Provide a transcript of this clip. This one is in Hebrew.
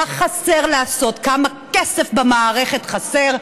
מה חסר לעשות, כמה כסף במערכת חסר,